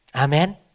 Amen